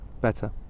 better